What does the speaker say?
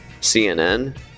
CNN